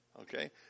Okay